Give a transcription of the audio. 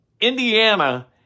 Indiana